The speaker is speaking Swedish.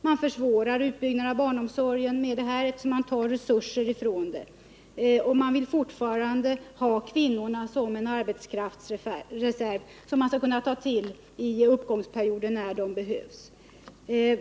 Med detta förslag försvårar man barnomsorgen, eftersom man tar resurser därifrån. Man vill fortfarande ha kvinnorna som en arbetskraftsreserv som man skall kunna ta till i någon uppgångsperiod när det behövs.